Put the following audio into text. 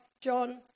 John